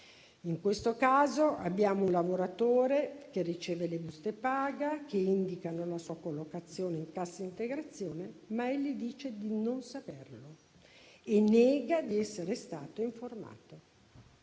In questo caso abbiamo dunque un lavoratore che riceve le buste paga, che indicano la sua collocazione in cassa integrazione, che dice però di non saperlo e nega di essere stato informato.